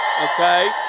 Okay